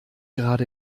gerade